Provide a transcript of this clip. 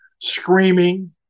screaming